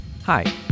Hi